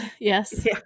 Yes